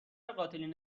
قاتلین